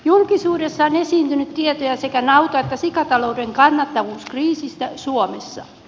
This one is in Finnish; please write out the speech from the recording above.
julkisuudessa on esiintynyt tietoja sekä nauta että sikatalouden kannattavuuskriisistä suomessa